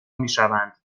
میشوند